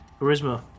charisma